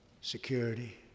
security